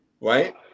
right